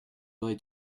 auriez